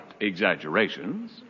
exaggerations